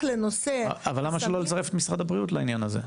אבל למה שלא לצרף את משרד הבריאות לעניין הזה?